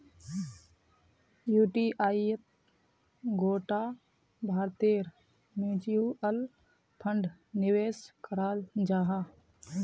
युटीआईत गोटा भारतेर म्यूच्यूअल फण्ड निवेश कराल जाहा